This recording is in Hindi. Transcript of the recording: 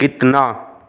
कितना